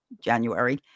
January